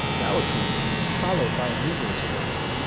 laocoon, follow'd by a num'rous crowd,